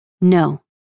No